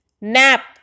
Nap